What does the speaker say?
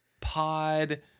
pod